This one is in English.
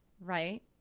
right